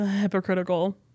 Hypocritical